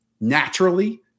naturally